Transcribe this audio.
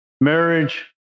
Marriage